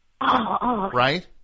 Right